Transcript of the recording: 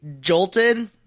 jolted